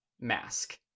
mask